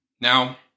Now